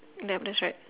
ya that's right